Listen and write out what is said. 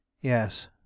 Yes